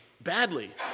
badly